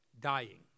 dying